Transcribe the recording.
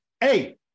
Hey